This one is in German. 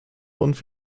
und